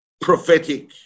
prophetic